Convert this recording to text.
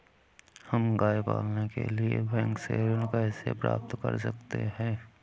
हम गाय पालने के लिए बैंक से ऋण कैसे प्राप्त कर सकते हैं?